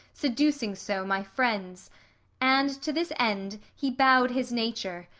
seducing so my friends and to this end he bow'd his nature,